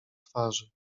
twarzy